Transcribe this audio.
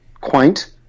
quaint